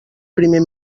primer